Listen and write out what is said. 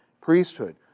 priesthood